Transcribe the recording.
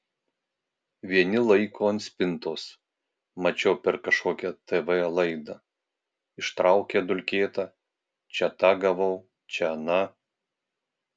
vieni laiko ant spintos mačiau per kažkokią tv laidą ištraukė dulkėtą čia tą gavau čia aną